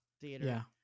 Theater